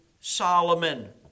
Solomon